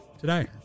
today